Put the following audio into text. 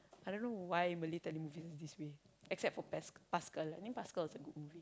I don't know why Malay telemovies are this way except for Pascal I think Pascal was a good movie